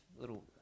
little